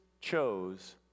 chose